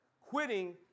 Quitting